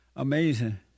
Amazing